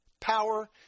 power